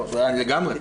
לגמרי.